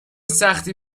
سختی